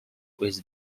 was